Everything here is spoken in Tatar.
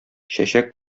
чәчәк